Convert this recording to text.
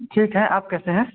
ठीक है आप कैसे हैं